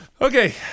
Okay